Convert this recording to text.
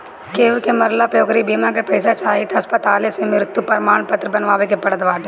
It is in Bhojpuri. केहू के मरला पअ ओकरी बीमा के पईसा चाही तअ अस्पताले से मृत्यु प्रमाणपत्र बनवावे के पड़त बाटे